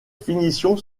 finitions